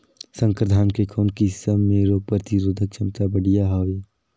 संकर धान के कौन किसम मे रोग प्रतिरोधक क्षमता बढ़िया हवे?